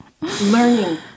learning